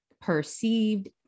perceived